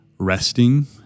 Resting